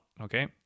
okay